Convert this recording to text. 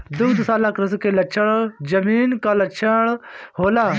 दुग्धशाला कृषि के कारण जमीन कअ क्षरण होला